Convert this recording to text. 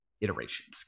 iterations